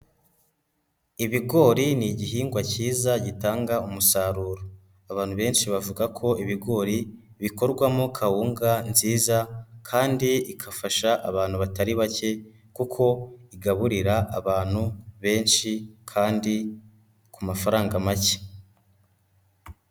Ibigori ni igihingwa cyiza gitanga umusaruro. Abantu benshi bavuga ko ibigori bikorwamo kawunga nziza kandi igafasha abantu batari bake kuko igaburira abantu benshi kandi ku mafaranga make.